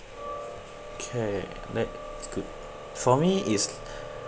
okay that is good for me is